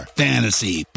fantasy